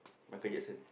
Michael-Jackson